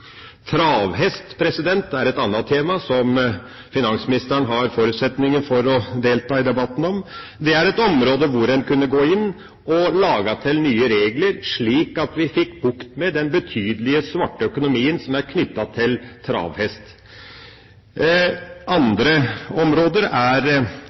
Travhest er et annet tema, som finansministeren har forutsetninger for å delta i debatten om. Det er et område hvor en kunne gå inn og lage nye regler, slik at vi kunne få bukt med den betydelige svarte økonomien som er knyttet til travhest. Andre områder er